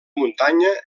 muntanya